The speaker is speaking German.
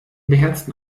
beherzten